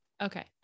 okay